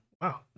Wow